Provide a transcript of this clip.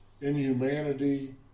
inhumanity